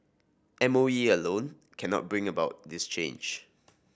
M O E alone cannot bring about this change